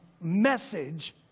message